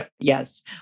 yes